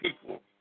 people